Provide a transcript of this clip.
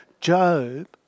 Job